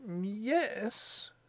Yes